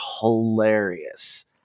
hilarious